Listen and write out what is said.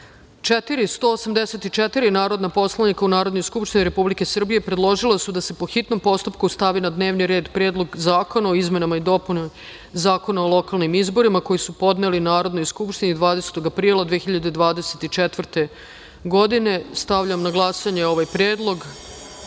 – 184 narodna poslanika u Narodnoj skupštini Republike Srbije predložila su da se po hitnom postupku stavi na dnevni red Predlog zakona o izmenama i dopunama Zakona o lokalnim izborima, koji su podneli Narodnoj skupštini 20. aprila 2024. godine. Stavljam na glasanje ovaj